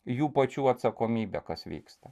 jų pačių atsakomybę kas vyksta